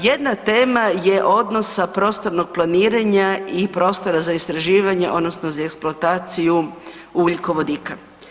Jedna tema je odnosa prostornog planiranja i prostora za istraživanje odnosno za eksploataciju ugljikovodika.